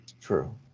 True